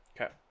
Okay